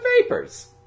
vapors